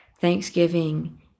thanksgiving